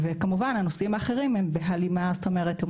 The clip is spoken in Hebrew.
הנושאים האחרים הם כמובן בהלימה --- הם